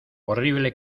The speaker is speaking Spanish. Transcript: horrible